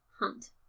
hunt